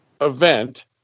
event